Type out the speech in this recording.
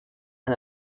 and